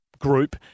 group